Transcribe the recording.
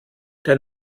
der